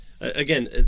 Again